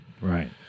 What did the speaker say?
Right